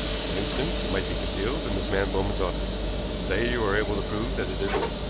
for instance, it might be concealed in this man bowman's office. say you are able to prove that it isn't,